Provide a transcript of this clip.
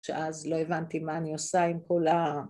אז לא הבנתי מה אני עושה עם כל ה...